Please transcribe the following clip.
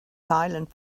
silent